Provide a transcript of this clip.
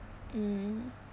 mm